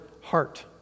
heart